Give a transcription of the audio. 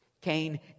Cain